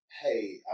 hey